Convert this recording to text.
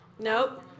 Nope